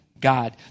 God